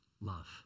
love